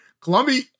Columbia